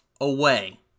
away